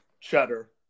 cheddar